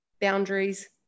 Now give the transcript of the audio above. boundaries